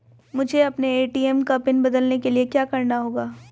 मुझे अपने ए.टी.एम का पिन बदलने के लिए क्या करना होगा?